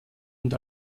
und